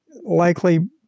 likely